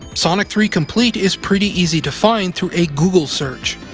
sonic three complete is pretty easy to find through a google search.